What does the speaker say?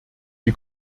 die